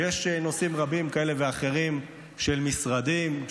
ויש נושאים רבים כאלה ואחרים של משרדים,